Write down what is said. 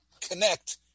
connect